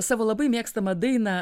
savo labai mėgstamą dainą